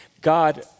God